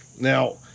Now